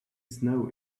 snow